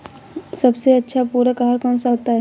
सबसे अच्छा पूरक आहार कौन सा होता है?